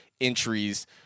entries